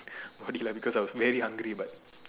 body lah because I was very hungry but